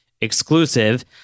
exclusive